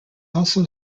also